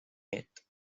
llet